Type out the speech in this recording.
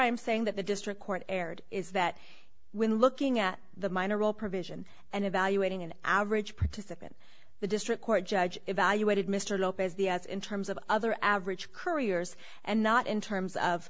i'm saying that the district court erred is that when looking at the minor role provision and evaluating an average participant the district court judge evaluated mr lopez the as in terms of other average couriers and not in terms of